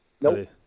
Nope